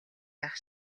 байх